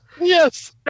Yes